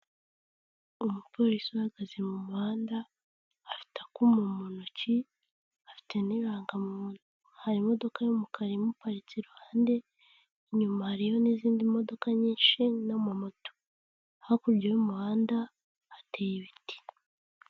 Umu polisi uhagaze mu muhanda, afite akuma mu ntoki, afite n'irangamuntu. Hari imodoka y'umukara imuparitse iruhande, inyuma hariyo n'izindi modoka nyinshi n'ama moto, hakurya y'umuhanda hateye ibiti.